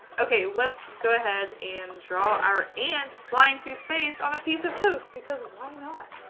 okay, let's go ahead and draw our ant flying through space on a piece of toast because why not.